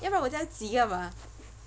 要不然我这样急干嘛